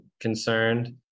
concerned